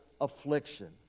affliction